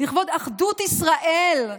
לכבוד אחדות ישראל,